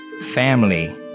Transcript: family